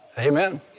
Amen